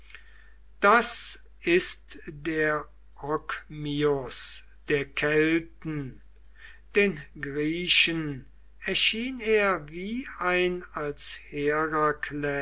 das ist der ogmius der kelten den griechen erschien er wie ein als